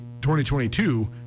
2022